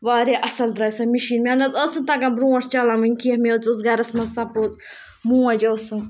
واریاہ اَصٕل درٛاے سۄ مِشیٖن مےٚ نہ حظ ٲس نہٕ تگان برونٛٹھ چَلاوٕنۍ کینٛہہ مےٚ حظ اوس گَرَس منٛز سپوز موج ٲسٕم